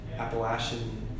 Appalachian